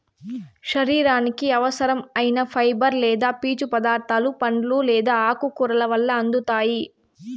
శరీరానికి అవసరం ఐన ఫైబర్ లేదా పీచు పదార్థాలు పండ్లు లేదా ఆకుకూరల వల్ల అందుతాయి